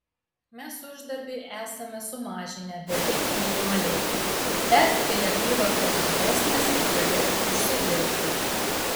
mes uždarbį esame sumažinę beveik minimaliai bet kai apyvartos didesnės gali užsidirbti